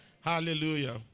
Hallelujah